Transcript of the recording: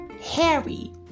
Harry